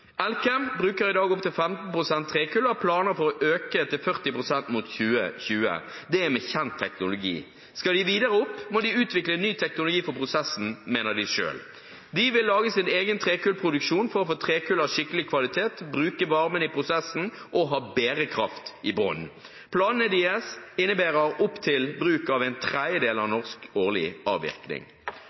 bruker i dag opp til 15 pst. trekull og har planer om å øke det til 40 pst. mot 2020. Det er med kjent teknologi. Skal de videre opp, må de utvikle ny teknologi for prosessen, mener de selv. De vil lage sin egen trekullproduksjon for å få trekull av skikkelig kvalitet, bruke varmen i prosessen og ha bærekraft i bunnen. Planene deres innebærer bruk av opptil en tredjedel av årlig norsk avvirkning.